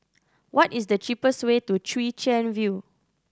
what is the cheapest way to Chwee Chian View